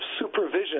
supervision